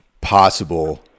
possible